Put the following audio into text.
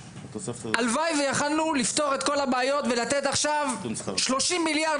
הלוואי ויכלנו לפתור את כל הבעיות ולתת עכשיו 30 מיליארד